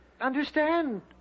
understand